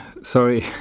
sorry